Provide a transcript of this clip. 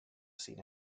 sin